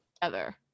together